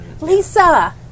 Lisa